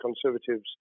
Conservatives